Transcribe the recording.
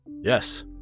Yes